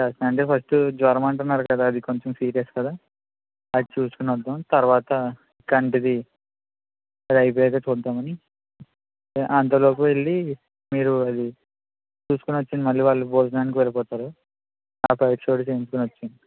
అంటే ఫస్టు జ్వరం అంటున్నారు కదా అది కొంచెం సీరియస్ కదా అది చూసుకుని వద్దాం తర్వాత కంటిది అది అయిపోయాక చూద్దామని అంతలోపు వెళ్ళి మీరు అది చూసుకుని వచ్చేయండి మళ్ళి వాళ్ళు భోజనానికి వెళ్ళిపోతారు ఆ పరీక్ష కూడా చేయించుకుని వచ్చేయండి